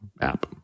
app